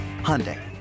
Hyundai